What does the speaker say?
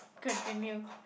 continue